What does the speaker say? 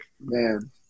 man